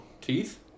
teeth